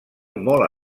molt